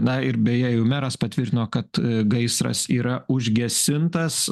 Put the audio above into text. na ir beje jau meras patvirtino kad gaisras yra užgesintas